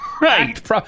Right